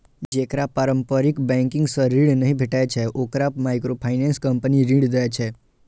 जेकरा पारंपरिक बैंकिंग सं ऋण नहि भेटै छै, ओकरा माइक्रोफाइनेंस कंपनी ऋण दै छै